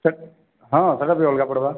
ସେ ହଁ ସେଇଟା ବି ଅଲଗା ପଡ଼୍ବା